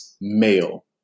male